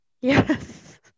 Yes